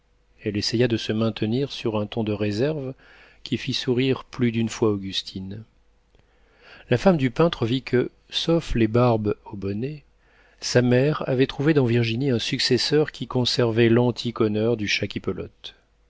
elle essaya de se maintenir sur un ton de réserve qui fit sourire plus d'une fois augustine la femme du peintre vit que sauf les barbes au bonnet sa mère avait trouvé dans virginie un successeur qui conservait l'antique honneur du